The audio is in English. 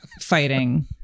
fighting